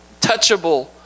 touchable